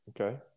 Okay